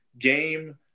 game